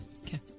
Okay